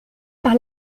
par